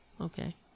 okay